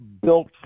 built